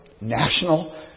National